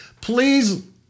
please